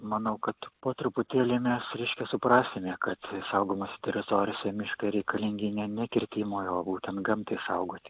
manau kad po truputėlį mes reiškia suprasime kad saugomose teritorijose miškai reikalingi ne ne kirtimui o būtent gamtai saugoti